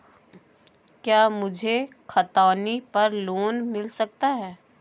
क्या मुझे खतौनी पर लोन मिल सकता है?